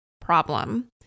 problem